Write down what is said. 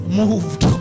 moved